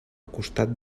costat